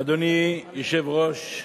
אדוני היושב-ראש,